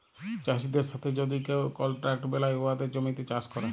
চাষীদের সাথে যদি কেউ কলট্রাক্ট বেলায় উয়াদের জমিতে চাষ ক্যরে